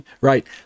Right